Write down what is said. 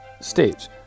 states